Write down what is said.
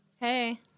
Hey